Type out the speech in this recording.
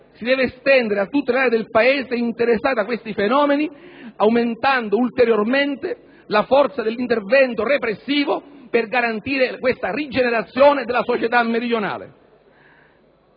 si deve estendere a tutte le aree del Paese interessate a questi fenomeni, aumentando ulteriormente la forza dell'intervento repressivo per garantire questa rigenerazione della società meridionale.